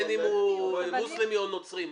בין אם הוא מוסלמי או נוצרי,